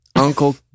Uncle